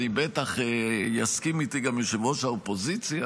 ובטח יסכים איתי גם יושב-ראש האופוזיציה,